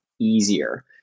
easier